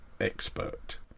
expert